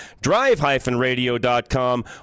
drive-radio.com